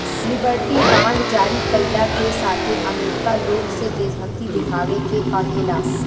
liberty bond जारी कईला के साथे अमेरिका लोग से देशभक्ति देखावे के कहेला